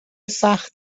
سخت